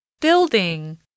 Building